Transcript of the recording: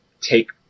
take